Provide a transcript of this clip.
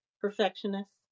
perfectionist